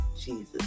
Jesus